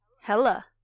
Hella